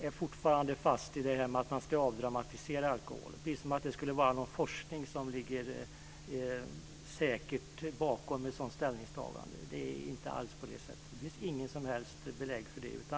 är fortfarande fast i att man ska avdramatisera alkoholen, som om det skulle ligga någon säker forskning bakom ett sådant ställningstagande. Det är inte alls på det sättet. Det finns inget som helst belägg för det.